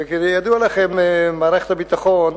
וכידוע לכם, מערכת הביטחון